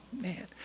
man